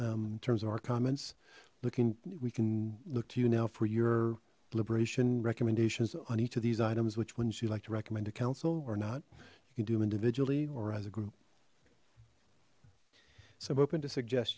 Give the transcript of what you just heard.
in terms of our comments looking we can look to you now for your liberation recommendations on each of these items which ones you like to recommend to council or not you can do them individually or as a group so i'm open to suggest